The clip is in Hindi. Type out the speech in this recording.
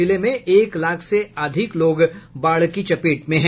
जिले में एक लाख से अधिक लोग बाढ़ की चपेट में हैं